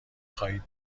خواهید